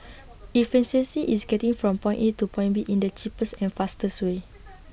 efficiency is getting from point A to point B in the cheapest and fastest way